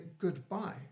goodbye